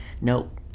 Nope